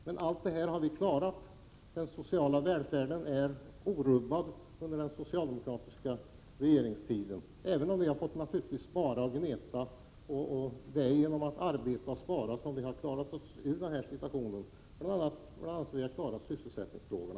Men allt det här har vi klarat. Den sociala välfärden har varit orubbad under den socialdemokratiska regeringstiden, även om vi naturligtvis har fått gneta och spara. Det är just genom att arbeta och spara som vi har klarat oss ur situationen och bl.a. kunnat lösa sysselsättningsfrågorna.